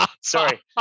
sorry